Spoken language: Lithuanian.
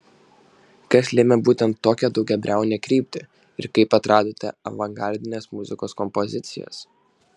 kas lėmė būtent tokią daugiabriaunę kryptį ir kaip atradote avangardinės muzikos kompozicijas